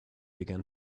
began